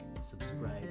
subscribe